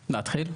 הקרקע.